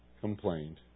complained